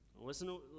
Listen